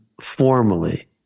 formally